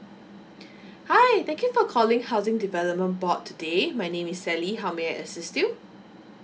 hi thank you for calling housing development board today my name is sally how may I assist you